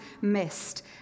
missed